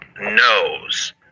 knows